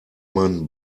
man